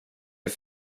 det